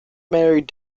married